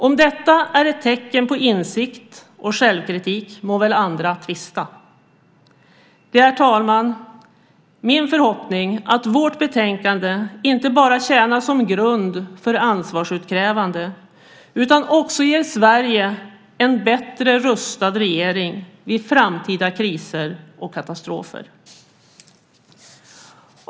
Om detta är ett tecken på insikt och självkritik må väl andra tvista. Det är min förhoppning, fru talman, att vårt betänkande inte bara tjänar som grund för ansvarsutkrävande utan ger Sverige en bättre rustad regering vid framtida kriser och katastrofer.